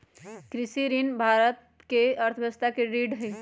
कृषि ऋण भारत के अर्थव्यवस्था के रीढ़ हई